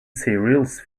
serials